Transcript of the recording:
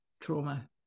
trauma